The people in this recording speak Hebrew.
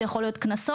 זה יכול להיות קנסות.